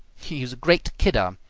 he's a great kidder,